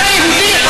אתה יהודי.